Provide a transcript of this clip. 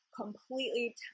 completely